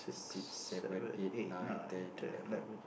six seven eight nine ten eleven